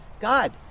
God